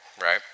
right